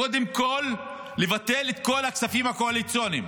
קודם כול לבטל את כל הכספים הקואליציוניים,